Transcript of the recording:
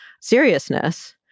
seriousness